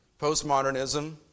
Postmodernism